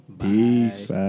Peace